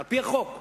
על-פי החוק,